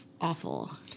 awful